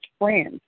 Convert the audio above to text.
friends